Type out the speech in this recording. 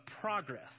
progress